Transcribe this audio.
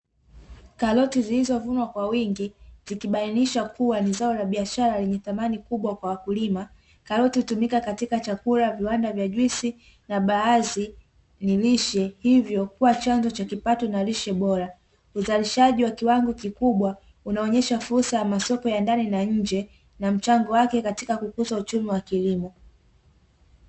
Karoti zilizovunwa kwa wingi zikibainishwa kuwa ni zao la biashara lenye thamani kubwa kwa wakulima, karoti hutumika katika chakula viwanda vya juisi na baadhi ni liishe hivyo kuwa chanzo cha kipato na lishe bora. Uzalishaji wa kiwango kikubwa unaonyesha fursa ya masoko ya ndani na nje na mchango wake katika kukuza uchumi wa kilimo.